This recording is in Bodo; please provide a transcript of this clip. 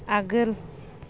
आगोल